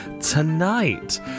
tonight